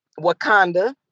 Wakanda